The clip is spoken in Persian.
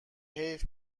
حیف